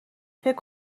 فکر